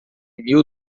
mil